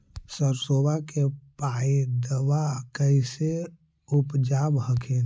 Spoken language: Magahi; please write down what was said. सरसोबा के पायदबा कैसे उपजाब हखिन?